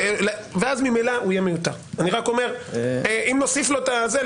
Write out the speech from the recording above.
אם נוסיף לו את זה,